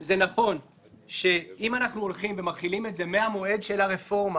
זה נכון שאם אנחנו מחילים את זה מהמועד של הרפורמה